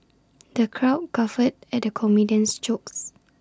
the crowd guffawed at the comedian's jokes